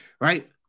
right